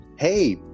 Hey